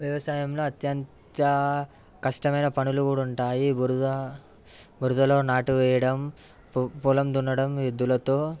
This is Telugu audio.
వ్యవసాయంలో అత్యంత కష్టమైన పనులు కూడా ఉంటాయి బురదలోనాటు వేయడం పొలం దున్నడం ఎద్దులతో